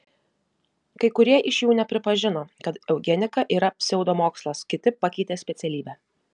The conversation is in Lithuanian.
kai kurie iš jų nepripažino kad eugenika yra pseudomokslas kiti pakeitė specialybę